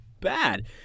bad